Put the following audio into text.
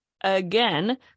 again